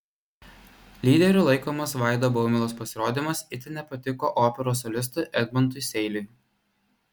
lyderiu laikomas vaido baumilos pasirodymas itin nepatiko operos solistui edmundui seiliui